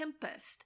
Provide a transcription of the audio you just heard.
tempest